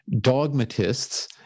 Dogmatists